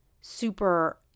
super